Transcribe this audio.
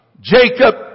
Jacob